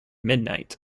midnight